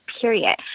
period